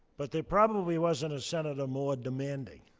but there probably wasn't a senator more demanding,